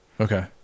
okay